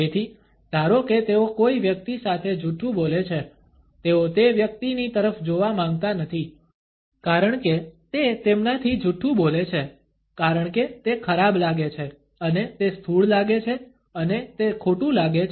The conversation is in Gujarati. તેથી ધારો કે તેઓ કોઈ વ્યક્તિ સાથે જૂઠું બોલે છે તેઓ તે વ્યક્તિની તરફ જોવા માંગતા નથી કારણ કે તે તેમનાથી જૂઠું બોલે છે કારણકે તે ખરાબ લાગે છે અને તે સ્થૂળ લાગે છે અને તે ખોટું લાગે છે